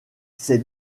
ces